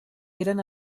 eren